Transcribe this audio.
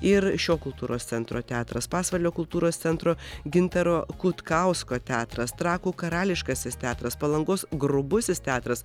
ir šio kultūros centro teatras pasvalio kultūros centro gintaro kutkausko teatras trakų karališkasis teatras palangos grubusis teatras